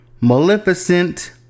Maleficent